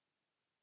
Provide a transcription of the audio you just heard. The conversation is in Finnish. Kiitos